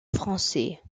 français